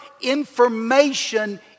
information